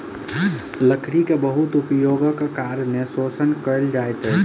लकड़ी के बहुत उपयोगक कारणें शोषण कयल जाइत अछि